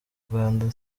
rwanda